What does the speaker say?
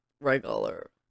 regular